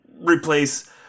replace